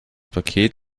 paket